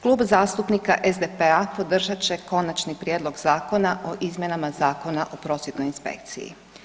Klub zastupnika SDP-a podržat će Konačni prijedlog zakona o izmjenama Zakona o prosvjetnoj inspekciji.